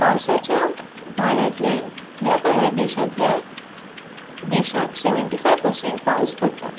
पावसाच्या व्हाळांतल्यान ह्या काळांत देशांतल्या देशाक सेवेंटी फायव पर्सेंट पावस पडटा